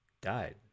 died